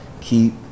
keep